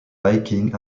biking